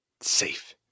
safe